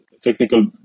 technical